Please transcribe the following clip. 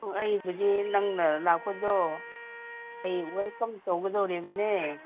ꯑꯥ ꯑꯩ ꯍꯧꯖꯤꯛ ꯅꯪꯅ ꯂꯥꯛꯄꯗꯣ ꯑꯩ ꯋꯦꯜꯀꯝ ꯇꯧꯒꯗꯣꯔꯤꯕꯅꯦ